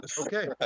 Okay